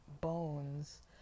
bones